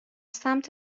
سمت